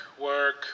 work